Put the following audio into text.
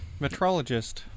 Metrologist